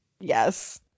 Yes